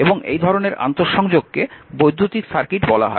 এবং এই ধরনের আন্তঃসংযোগকে বৈদ্যুতিক সার্কিট বলা হয়